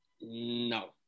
no